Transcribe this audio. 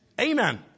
Amen